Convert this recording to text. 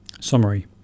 Summary